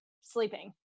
sleeping